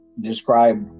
describe